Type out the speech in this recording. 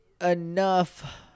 enough